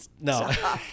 no